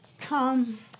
Come